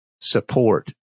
support